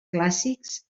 clàssics